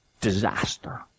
disaster